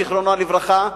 זיכרונו לברכה,